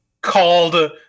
called